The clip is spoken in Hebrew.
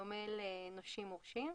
בדומה לנושים מורשים.